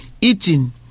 eating